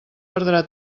perdrà